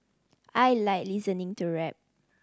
I like listening to rap